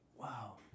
wow